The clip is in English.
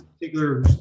particular